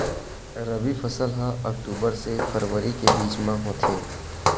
रबी फसल हा अक्टूबर से फ़रवरी के बिच में होथे